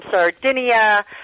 Sardinia